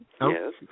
yes